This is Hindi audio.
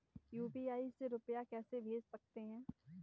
यू.पी.आई से रुपया कैसे भेज सकते हैं?